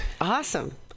Awesome